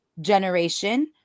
generation